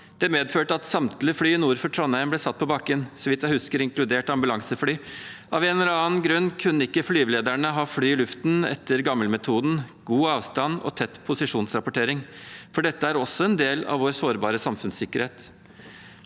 Det medførte at samtlige fly nord for Trondheim ble satt på bakken, så vidt jeg husker inkludert ambulansefly. Av en eller annen grunn kunne ikke flyvelederne ha fly i luften etter den gamle metoden: god avstand og tett posisjonsrapportering. Dette er også en del av vår sårbare samfunnssikkerhet.